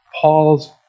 Paul's